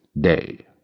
day